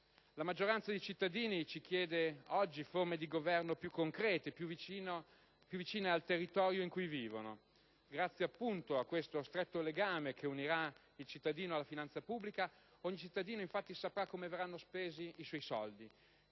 La maggioranza dei cittadini ci chiede oggi forme di governo più concrete, più vicine al territorio in cui vivono. Grazie a questo stretto legame che unirà il cittadino alla finanza pubblica ogni cittadino, infatti, saprà come verranno spesi i soldi